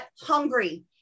hungry